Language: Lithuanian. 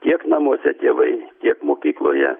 tiek namuose tėvai tiek mokykloje